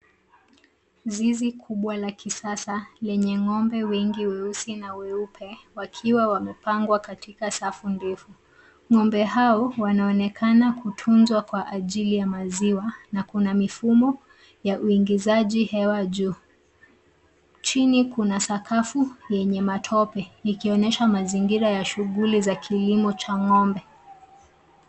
Zizi kubwa la kisasa lenye ng'ombe wengi weusi na weupe wakiwa wamepangwa katika safu ndefu. Ng'ombe hao wanaonekana kutunzwa kwa ajili ya maziwa na kuna mifumo ya uingizaji hewa juu. Chini kuna sakafu yenye matope ikionyesha mazingira ya shughuli za kilimo cha ng'ombe.